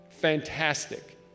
Fantastic